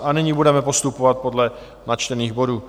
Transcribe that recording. A nyní budeme postupovat podle načtených bodů.